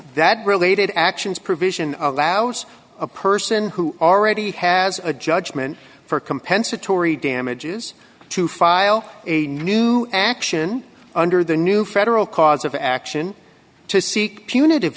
that related actions provision of laos a person who already has a judgment for compensatory damages to file a new action under the new federal cause of action to seek